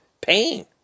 pain